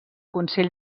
consell